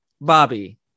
Bobby